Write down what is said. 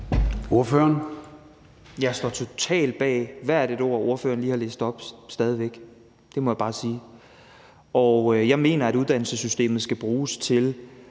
Vad (S): Jeg står totalt ved hvert et ord, ordføreren lige har læst op – stadig væk. Det må jeg bare sige. Jeg mener, at uddannelsessystemet skal bruges til